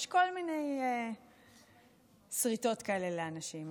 יש כל מיני סריטות כאלה לאנשים.